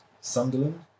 Sunderland